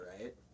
right